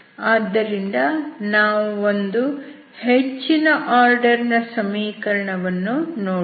ಆದ್ದರಿಂದ ನಾವು ಒಂದು ಹೆಚ್ಚಿನ ಆರ್ಡರ್ ನ ಸಮೀಕರಣವನ್ನು ನೋಡೋಣ